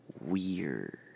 Weird